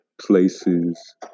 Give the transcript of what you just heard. places